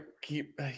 keep